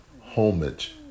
homage